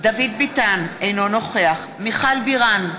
דוד ביטן, אינו נוכח מיכל בירן,